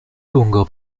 lungo